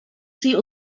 sie